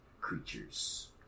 creatures